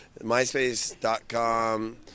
MySpace.com